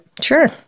Sure